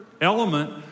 element